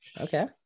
Okay